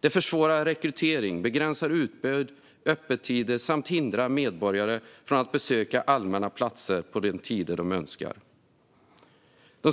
Det försvårar rekrytering, begränsar utbud och öppettider samt hindrar medborgare från att besöka allmänna platser på de tider de önskar."